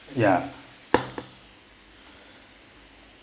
ya